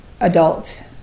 adult